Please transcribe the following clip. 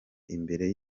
imbere